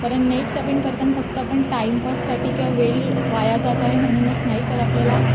कारण net surfing करताना फक्त आपण टाइमपाससाठी किंवा वेळ वाया जात आहे म्हणूनच नाही तर आपल्याला